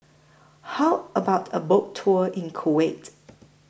How about A Boat Tour in Kuwait